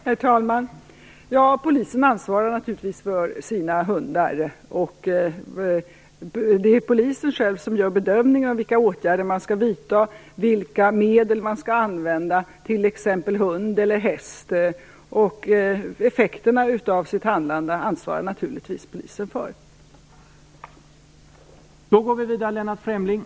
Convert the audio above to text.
Herr talman! Ja, Polisen ansvarar naturligtvis för sina hundar. Det är Polisen själv som gör bedömningen av vilka åtgärder man skall vidta och vilka medel man skall använda, t.ex. hund eller häst. Polisen ansvarar naturligtvis själv för effekterna av sitt handlande.